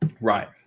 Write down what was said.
Right